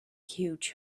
huge